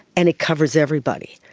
and it covers everybody.